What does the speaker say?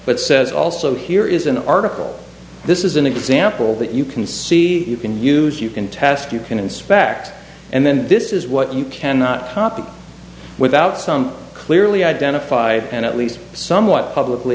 but says also here is an article this is an example that you can see you can use you can task you can inspect and then this is what you cannot copy without some clearly identified and at least somewhat publicly